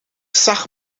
zag